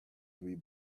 three